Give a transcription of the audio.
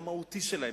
המהותי שלהם,